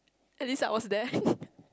at least I was there